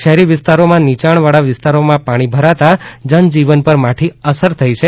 શહેરી વિસ્તારોમાં નીચાણવાળા વિસ્તારોમાં પાણી ભરાતા જનજીવન પર માઠી અસર થઇ છે